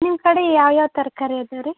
ನಿಮ್ಮ ಕಡೆ ಯಾವ್ಯಾವ ತರಕಾರಿ ಅದಾವ ರೀ